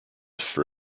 for